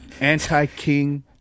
anti-king